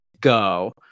go